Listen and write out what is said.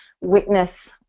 witness